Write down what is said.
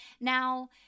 Now